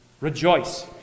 Rejoice